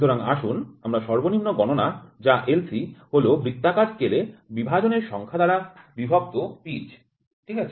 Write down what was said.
সুতরাং আসুন আমদের সর্বনিম্ন গণনা LC হল পিচ ভাজিতক বৃত্তাকার স্কেলে বিভাজনের সংখ্যা ঠিক আছে